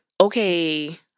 okay